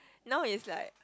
now is like